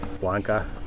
blanca